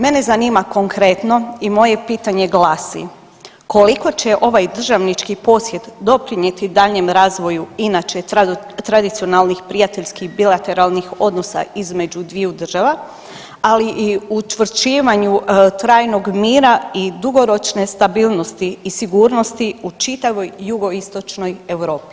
Mene zanima konkretno i moje pitanje glasi, koliko će ovaj državnički posjet doprinijeti daljnjem razvoju inače tradicionalnih prijateljskih bilateralnih odnosa između dviju država, ali i u učvršćivanju trajnog mira i dugoročne stabilnosti i sigurnosti u čitavoj Jugoistočnoj Europi?